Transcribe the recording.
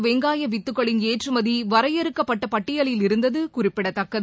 வெங்காய வித்துக்களின் ஏற்றுமதி வரையறுக்கப்பட்ட பட்டியலில் முன்னதாக இருந்தது குறிப்பிடத்தக்கது